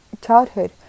childhood